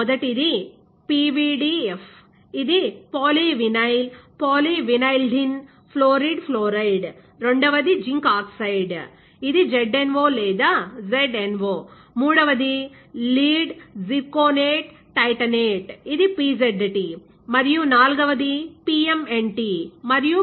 మొదటిది పివిడిఎఫ్ ఇది polyvinyl polyvinylidene fluoride fluoride రెండవది జింక్ ఆక్సైడ్ ఇది ZnO లేదా ZnO మూడవది లీడ్ జిర్కోనేట్ టైటనేట్ ఇది PZT మరియు నాల్గవ ది PMNT మరియు PMNPT